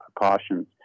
precautions